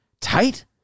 tight